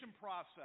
process